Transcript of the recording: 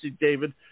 David